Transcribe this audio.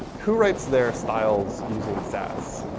who writes their styles using sass?